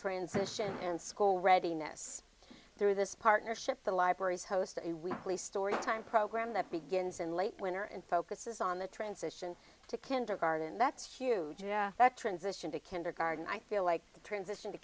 transition and school readiness through this partnership the libraries host a weekly story time program that begins in late winter and focuses on the transition to kindergarten that's a huge transition to kindergarten i feel like the transition to